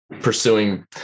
pursuing